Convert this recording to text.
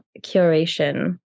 curation